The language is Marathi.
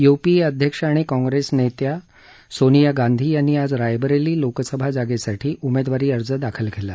युपीए अध्यक्ष आणि काँग्रेस नेता सोनिया गांधी यांनी आज रायबरेली लोकसभा जागेसाठी उमेदवारी अर्ज दाखल केला